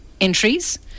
entries